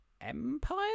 Empire